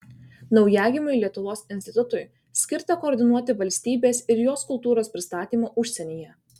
naujagimiui lietuvos institutui skirta koordinuoti valstybės ir jos kultūros pristatymą užsienyje